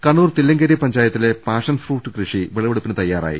കണ്ണൂർ തില്ലങ്കേരി പഞ്ചായത്തിലെ പാഷൻഫ്രൂട്ട് കൃഷി വിള വെടുപ്പിന് തയാറായി